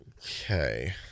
Okay